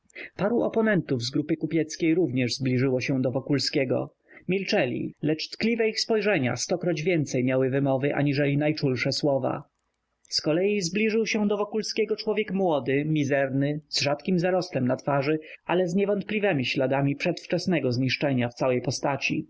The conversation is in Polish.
paru oponentów z grupy kupieckiej również zbliżyło się do wokulskiego milczeli lecz tkliwe ich spojrzenia stokroć więcej miały wymowy aniżeli najczulsze słowa zkolei zbliżył się do wokulskiego człowiek młody mizerny z rzadkim zarostem na twarzy ale z niewątpliwemi śladami przedwczesnego zniszczenia w całej postaci